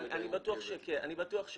אני בטוח שכן.